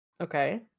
Okay